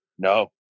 no